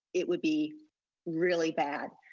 it would be really bad.